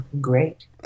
great